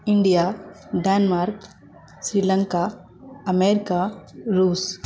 India Denmark Sri Lanka America रुस